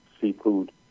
seafood